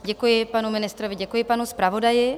Děkuji panu ministrovi, děkuji panu zpravodaji.